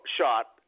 shot